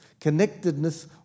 connectedness